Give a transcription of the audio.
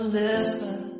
listen